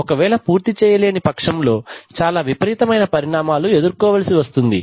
ఒకవేళ పూర్తి చేయలేని పక్షములో చాలా విపరీతమైన పరిణామాలు ఎదుర్కోవలసి వస్తుంది